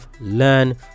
learn